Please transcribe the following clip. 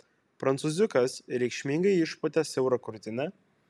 prancūziukas reikšmingai išpūtė siaurą krūtinę